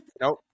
Nope